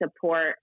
support